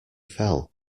fell